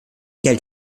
geld